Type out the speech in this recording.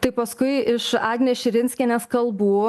tai paskui iš agnės širinskienės kalbų